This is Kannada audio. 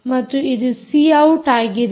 ಮತ್ತು ಇದು ಸಿ ಔಟ್ ಆಗಿದೆ